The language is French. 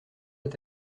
est